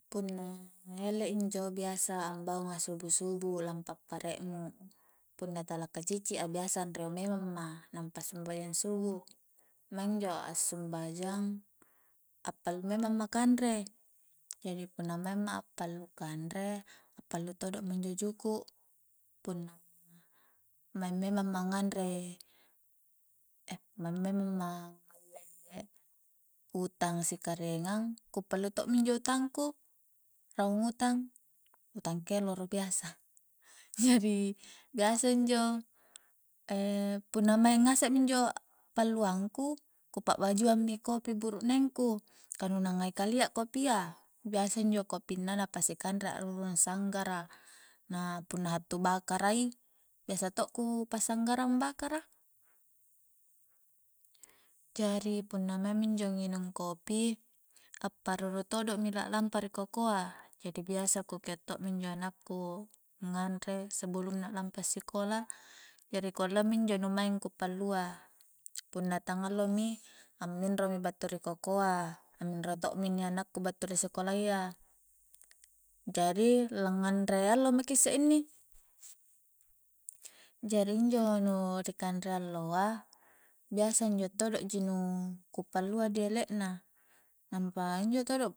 Punna ele injo biasa ambaunga subu-subu lampa pare'mu, punna tala kaci'ci a biasa anrio memang ma nampa sumbajang subu' maing injo a'sumbajang a'pallu memang ma kanre jadi punna maing ma a'pallu kanre a'pallu todo ma injo juku punna maing memang ma nganre maing memang ma ngalle utang sikariengang ku pallu to'mi injo utang ku raung utang utang keloro biasa jadi biasa injo punna maing ngase minjo palluang ku, ku pa'bajuang mi kopi buru'neng ku ka nu na ngai kalia kopia biasa injo kopinna na pasikanre a'rurung sanggara na punna hattu bakara i biasa to' ku pa'sanggarang bakara, jari punna maing mi injo nginung kopi a'paruru todo' mi la lampa ri kokoa jari biasa ku keo to'mi injo anakku nganre sebelum na lampa a'sikola jari ku alleang minjo nu maing ku pallu a punna tang allomi amminro mi battu ri kokoa amminro to'mi inni anakku battu ri sikolayya jari la nganre allo maki isse inni jari injo nu ri kanre alloa biasa injo todo'ji nu ku pallua di ele'na nampa injo todo